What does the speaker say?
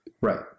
Right